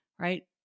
Right